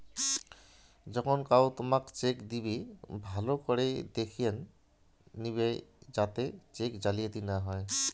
যখন কেও তোমকে চেক দিইবে, ভালো করাং দেখাত নিবে যাতে চেক জালিয়াতি না হউ